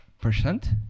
percent